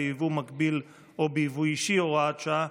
ביבוא מקביל או ביבוא אישי) (הוראת שעה),